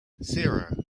zero